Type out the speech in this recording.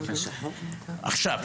עכשיו,